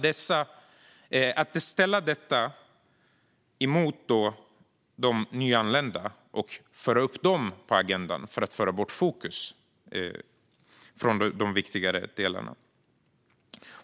Detta ställs mot de nyanlända, som förs upp på agendan för att ta fokus från de viktigare delarna.